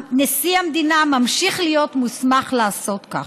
נשיא המדינה ממשיך להיות מוסמך לעשות כך.